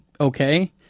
okay